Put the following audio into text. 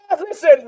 Listen